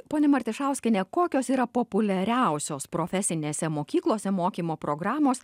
ponia martišauskiene kokios yra populiariausios profesinėse mokyklose mokymo programos